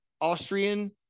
Austrian